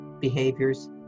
behaviors